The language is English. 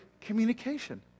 communication